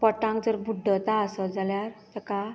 पोटांत जर बुड्डता आसत जाल्यार तेका